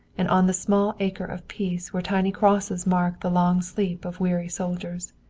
and on the small acre of peace where tiny crosses mark the long sleep of weary soldiers.